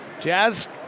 Jazz